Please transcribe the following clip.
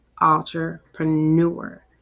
entrepreneur